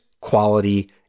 quality